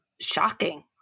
shocking